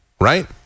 right